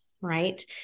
right